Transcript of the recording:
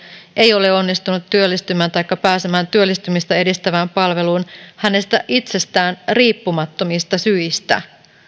ei ole onnistunut työllistymään taikka pääsemään työllistymistä edistävään palveluun hänestä itsestään riippumattomista syistä